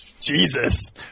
Jesus